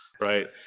right